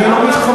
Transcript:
אני לא מתחמק.